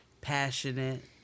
passionate